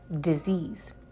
disease